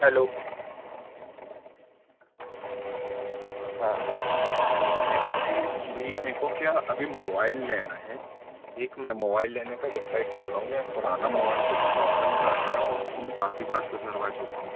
hello हाँ actually भैया मेरे को क्या अभी मोवाइल लेना है एक मैं मोवाइल लेने का डिसाइड कर रहा हूँ मेरा पुराना मोवाइल कुछ प्रॉब्लम कर रहा है और उसको मैं काफ़ी बार सुधरवा चुका हूँ